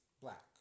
black